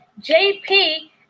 JP